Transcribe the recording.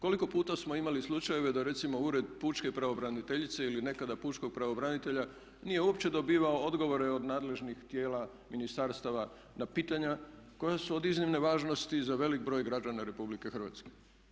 Koliko puta smo imali slučajeve da recimo Ured pučke pravobraniteljice ili nekada pučkog pravobranitelja nije uopće dobivao odgovore od nadležnih tijela ministarstava na pitanja koja su od iznimne važnosti za velik broj građana Republike Hrvatske.